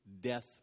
death